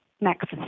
next